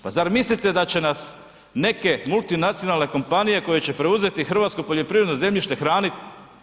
Pa zar mislite da će nas neke multinacionalne kompanije koje će preuzeti hrvatsko poljoprivredno zemljište hraniti?